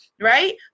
right